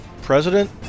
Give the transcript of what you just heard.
president